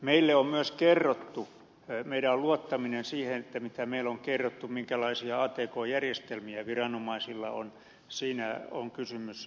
meille on myös kerrottu meidän on luottaminen siihen mitä meille on kerrottu minkälaisia atk järjestelmiä viranomaisilla on siinä on kysymys luottamuksesta